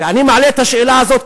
ואני מעלה את השאלה הזאת,